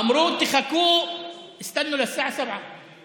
אמרו: תחכו לשעה 19:00,